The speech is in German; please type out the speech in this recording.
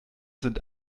sind